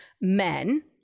men